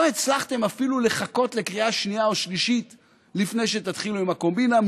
לא הצלחתם אפילו לחכות לקריאה שנייה ושלישית לפני שתתחילו עם הקומבינה.